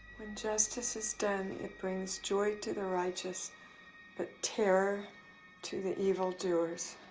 when justice is done, it brings joy to the righteous but terror to the evil doers.